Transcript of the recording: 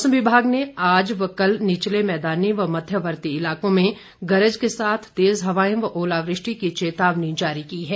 मौसम विभाग ने आज व कल निचले मैदानी व मध्यवर्ती इलाकों गरज के साथ तेज़ हवाएं व ओलावृष्टि की चेतावनी जारी की है